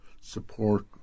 support